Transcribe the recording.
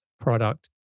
product